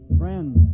friends